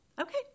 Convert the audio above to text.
okay